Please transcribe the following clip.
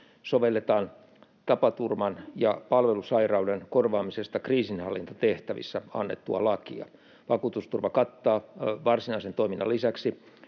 sovelletaan tapaturman ja palvelusairauden korvaamisesta kriisinhallintatehtävissä annettua lakia. Vakuutusturva kattaa varsinaisen toiminnan lisäksi